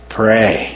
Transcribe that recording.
pray